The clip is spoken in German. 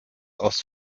aus